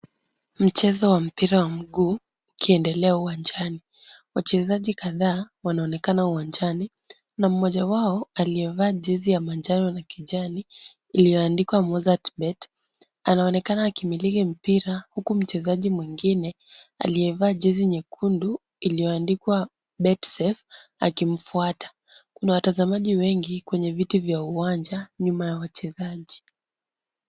Mchezo wa mpira wa mguu ukiendelea uwanjani wachezaji kadhaa wanaonekana uwanjani na mmoja wao aliyevaa jezi ya manjano na kijani iliyoandikwa mozzart bet anaonekana akimiliki mpira huku mchezaji mwingine aliyevaa jezi nyekundu iliyoandikwa betsafe akimfuata, kuna watazamaji wengi kwenye viti vya uwanja nyuma ya wachezaji.